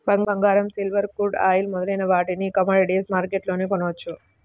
బంగారం, silver, crude oil మొదలైన వాటిని కమోడిటీస్ మార్కెట్లోనే కొనవచ్చు